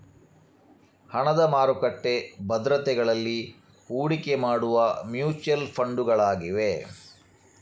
ಹಣದ ಮಾರುಕಟ್ಟೆ ಭದ್ರತೆಗಳಲ್ಲಿ ಹೂಡಿಕೆ ಮಾಡುವ ಮ್ಯೂಚುಯಲ್ ಫಂಡುಗಳಾಗಿವೆ